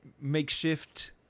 makeshift